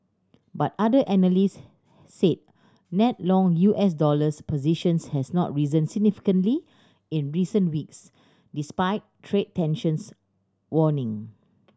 but other analysts said net long U S dollars positions has not risen significantly in recent weeks despite trade tensions warning